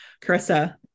Carissa